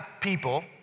people